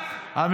מצוין.